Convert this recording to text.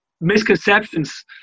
misconceptions